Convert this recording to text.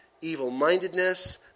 evil-mindedness